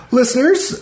listeners